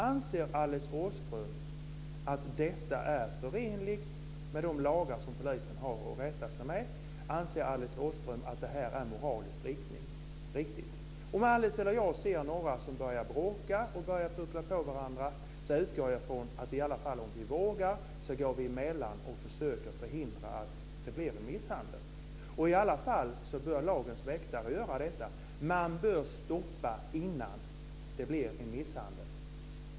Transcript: Anser Alice Åström att detta är förenligt med de lagar som polisen har att rätta sig efter? Anser Alice Åström att det här är moraliskt riktigt? Om vi ser några som börjar bråka och puckla på varandra, utgår jag ifrån att vi i alla fall, om vi vågar, går emellan och försöker förhindra att det blir en misshandel. I alla fall bör lagens väktare göra detta. Man bör stoppa innan det blir en misshandel.